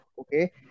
Okay